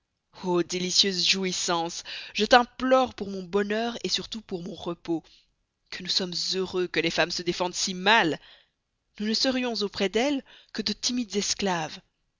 o délicieuse jouissance je t'implore pour mon bonheur surtout pour mon repos que nous sommes heureux que les femmes se défendent si mal nous ne serions auprès d'elles que de timides esclaves